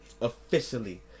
officially